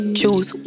choose